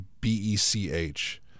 b-e-c-h